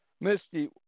Misty